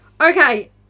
Okay